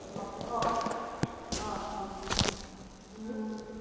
ओं